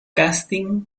casting